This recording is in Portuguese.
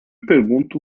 pergunto